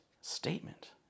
statement